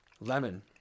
lemon